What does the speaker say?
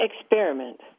experiment